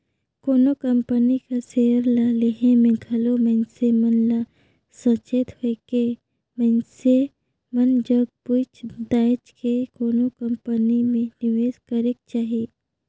कोनो कंपनी कर सेयर ल लेहे में घलो मइनसे मन ल सचेत होएके मइनसे मन जग पूइछ ताएछ के कोनो कंपनी में निवेस करेक चाही